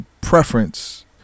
preference